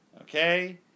okay